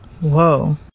Whoa